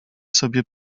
sobie